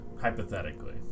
hypothetically